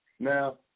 Now